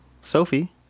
Sophie